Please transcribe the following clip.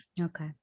Okay